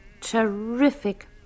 terrific